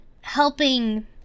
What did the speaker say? helping